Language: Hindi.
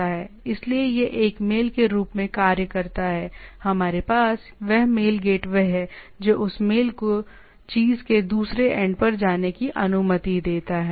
इसलिए यह एक मेल के रूप में कार्य करता है हमारे पास वह मेल गेटवे है जो उस मेल को चीज़ के दूसरे एंड पर जाने की अनुमति देता है